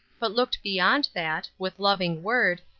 but looked beyond that, with loving word,